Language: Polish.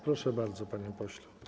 Proszę bardzo, panie pośle.